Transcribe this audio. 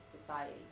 society